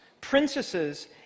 princesses